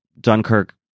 dunkirk